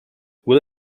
will